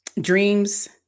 dreams